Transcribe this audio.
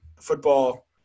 football